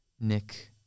nick